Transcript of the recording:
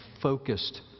focused